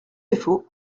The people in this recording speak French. défaut